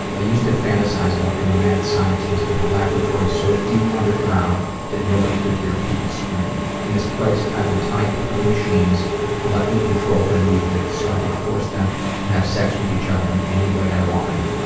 i used to fantasize about being a mad scientist with a laboratory so deep underground that nobody could hear people scream. in this place, i would tie people to machines that let me control their movements, so i could force them to have sex with each other in any way i wanted.